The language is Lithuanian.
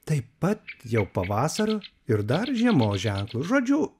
taip pat jau pavasario ir dar žiemos ženklus žodžiu